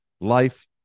life